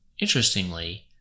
Interestingly